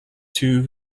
two